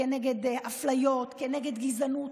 כנגד אפליות, כנגד גזענות.